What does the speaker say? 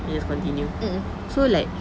then just continue so like